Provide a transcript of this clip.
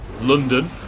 london